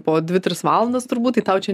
po dvi tris valandas turbūt tai tau čia